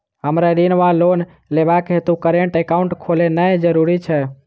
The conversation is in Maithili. हमरा ऋण वा लोन लेबाक हेतु करेन्ट एकाउंट खोलेनैय जरूरी छै?